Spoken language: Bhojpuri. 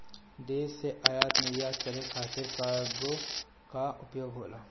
देश से आयात निर्यात करे खातिर कार्गो कअ उपयोग होला